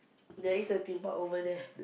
there is a Them-Park over there